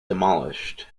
demolished